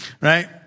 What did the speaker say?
right